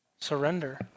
Surrender